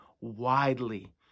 widely